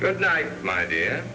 good night my dea